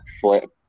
Flip